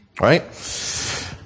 Right